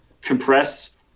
compress